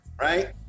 right